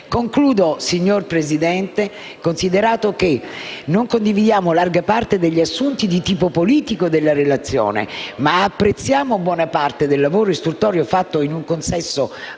concludere. Considerato che non condividiamo larga parte degli assunti di tipo politico della relazione, ma apprezziamo buona parte del lavoro istruttorio fatto in un consesso autorevole